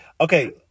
Okay